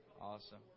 Awesome